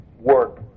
work